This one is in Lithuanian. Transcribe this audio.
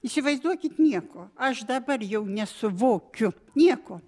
įsivaizduokit nieko aš dabar jau nesuvokiu nieko